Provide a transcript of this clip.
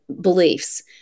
beliefs